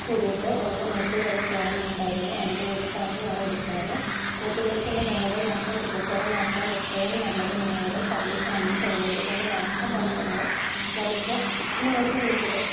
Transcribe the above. കൂട്ടിയിട്ട് ഒന്ന് ഊട്ടി വരെ പോകണം എന്നുണ്ടായിരുന്നു അതിന് വേണ്ടിയാണ് ഞാൻ വിളിക്കുന്നത് ഊട്ടിയിലേക്കുള്ള ഞങ്ങളുടെ യാത്ര സുഖകരമാക്കാൻ എത്രയും നല്ലത് നിങ്ങളുടെ സർവീസാണ് തോന്നിയത് കൊണ്ട് മാത്രമാണ് ഞങ്ങൾ ഞാൻ ഇപ്പോൾ നിങ്ങൾക്ക് വിളിച്ചത്